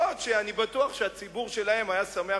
אף-על-פי שאני בטוח שהציבור שלהם היה שמח